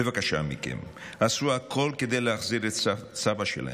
בבקשה מכם, עשו הכול כדי להחזיר את סבא שלהן,